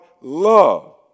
love